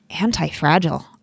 anti-fragile